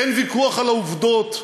אין ויכוח על העובדות.,